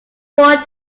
ford